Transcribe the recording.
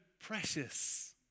precious